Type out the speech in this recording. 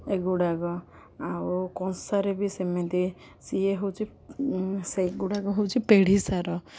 ଏଗୁଡ଼ାକ ଆଉ କଂସାରେ ବି ସେମିତି ସିଏ ହେଉଛି ସେଗୁଡ଼ାକ ହେଉଛି ପେଢ଼ିସାର